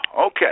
okay